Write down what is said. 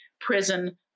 prison